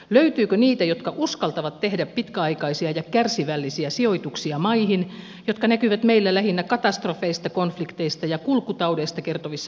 löytyykö niitä jotka uskaltavat tehdä pitkäaikaisia ja kärsivällisiä sijoituksia maihin jotka näkyvät meillä lähinnä katastrofeista konflikteista ja kulkutaudeista kertovissa uutiskuvissa